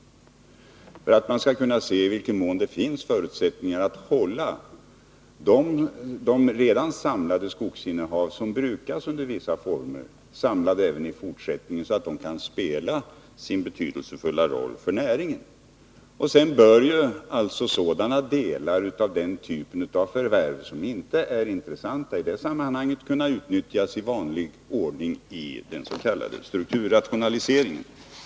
Detta görs för att man skall kunna se i vilken mån det finns förutsättningar att hålla de redan samlade skogsinnehav som brukas under vissa former samlade även i fortsättningen, så att de kan spela sin betydelsefulla roll för näringen. Sådana delar av den typen av förvärv som inte är intressanta att hålla samman bör kunna utnyttjas i vanlig ordning i strukturrationaliseringen.